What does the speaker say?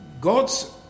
God's